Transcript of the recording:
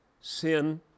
sin